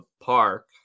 park